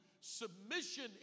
Submission